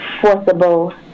forcible